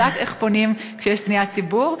יודעת איך פונים כשיש פניית ציבור,